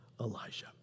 Elijah